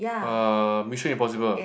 uh Mission Impossible